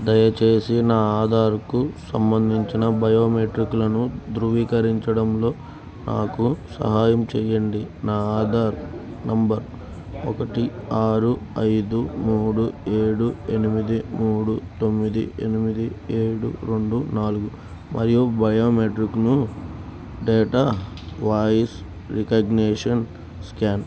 దయచేసి నా ఆధార్కు సంబంధించిన బయోమెట్రిక్లను ధృవీకరించడంలో నాకు సహాయం చేయండి నా ఆధార్ నంబర్ ఒకటి ఆరు ఐదు మూడు ఏడు ఎనిమిది మూడు తొమ్మిది ఎనిమిది ఏడు రెండు నాలుగు మరియు బయోమెట్రిక్ను డేటా వాయిస్ రికగ్నిషన్ స్కాన్